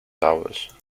towers